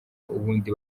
ubundi